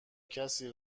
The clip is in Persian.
کسی